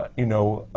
ah you know,